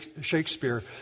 Shakespeare